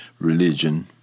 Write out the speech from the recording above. religion